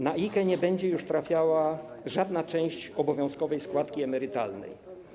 Na IKE nie będzie już trafiała żadna część obowiązkowej składki emerytalnej.